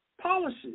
policies